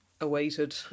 awaited